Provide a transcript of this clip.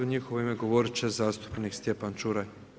U njihovo ime govorit će zastupnik Stjepan Čuraj.